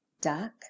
Duck